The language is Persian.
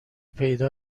پیدا